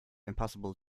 impossible